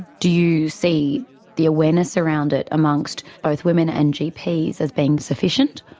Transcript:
do you see the awareness around it amongst both women and gps as being sufficient?